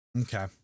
Okay